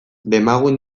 demagun